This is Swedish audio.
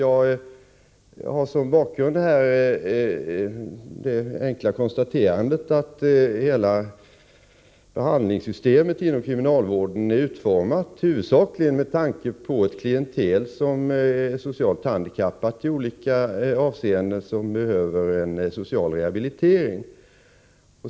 Jag har såsom bakgrund det enkla konstaterandet att kriminalvårdens hela behandlingssystem är utformat huvudsakligen med tanke på ett klientel, som är socialt handikappat i olika avseenden och som behöver en social rehabilitering.